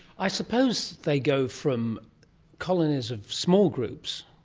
i suppose they go from colonies of small groups,